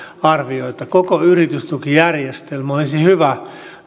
arvioita koko yritystukijärjestelmä olisi hyvä